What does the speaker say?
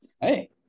Hey